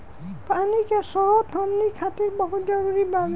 पानी के स्रोत हमनी खातीर बहुत जरूरी बावे